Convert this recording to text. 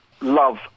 Love